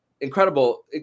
incredible